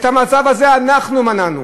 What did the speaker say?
את המצב הזה אנחנו מנענו